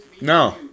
No